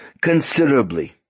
considerably